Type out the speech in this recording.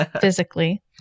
physically